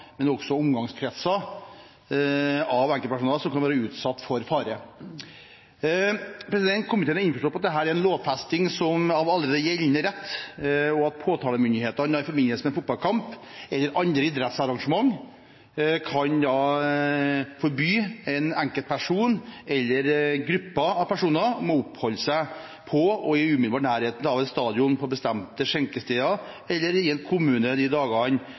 men også omgangskretsen til enkeltpersoner som kan være utsatt for fare. Komiteen er innforstått med at dette er en lovfesting av allerede gjeldende rett, og at påtalemyndigheten i forbindelse med en fotballkamp eller andre idrettsarrangement kan forby en enkeltperson eller grupper av personer å oppholde seg på og i umiddelbar nærhet av en stadion, på bestemte skjenkesteder eller i en kommune de dagene